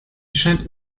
scheint